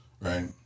Right